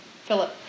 Philip